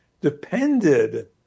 depended